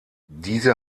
diese